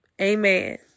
Amen